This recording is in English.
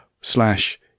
slash